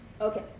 Okay